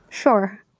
sure.